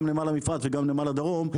גם נמל המפרץ וגם נמל הדרום.